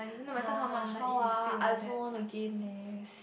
[huh] how ah I also want to gain leh